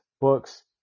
books